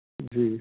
جی